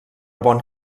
bon